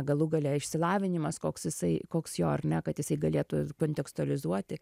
galų gale išsilavinimas koks jisai koks jo ar ne kad jisai galėtų kontekstualizuoti